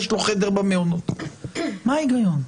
יש לו חדר במעונות מה ההיגיון?